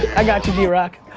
i got you, drock.